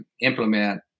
implement